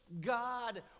God